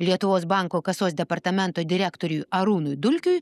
lietuvos banko kasos departamento direktoriui arūnui dulkiui